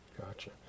Gotcha